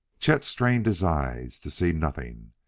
chet strained his eyes to see nothing!